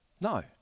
No